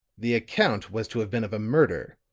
the account was to have been of a murder,